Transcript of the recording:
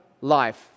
life